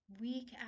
week